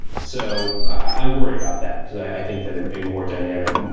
so i worry about that because i think that in more dynamic,